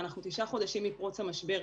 אנחנו תשעה חודשים מפרוץ המשבר.